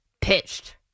pitched